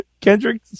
Kendrick